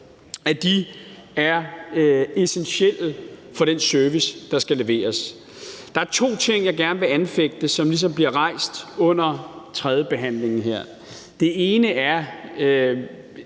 for det, er essentielle for den service, der skal leveres. Der er to ting, jeg gerne vil anfægte, som bliver rejst under tredjebehandlingen her. Det ene er